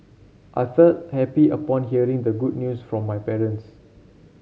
I felt happy upon hearing the good news from my parents